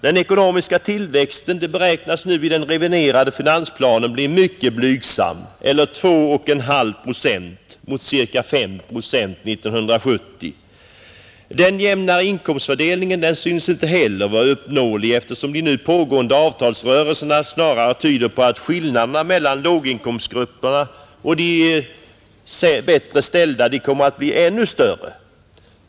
Den ekonomiska tillväxten beräknas nu i den reviderade finansplanen bli mycket blygsam, eller 2,5 procent mot ca 5 procent 1970. Den jämnare inkomstfördelningen synes därför inte vara uppnåelig, eftersom de nu pågående avtalsuppgörelserna snarare tyder på att skillnaderna mellan låginkomstgrupperna och de bättre ställda kommer att bli ännu större.